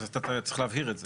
אז צריך להבהיר את זה.